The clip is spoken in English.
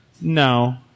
no